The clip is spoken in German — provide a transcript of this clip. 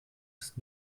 ist